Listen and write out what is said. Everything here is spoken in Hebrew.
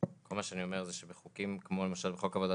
כשבין לבין יש את